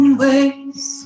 ways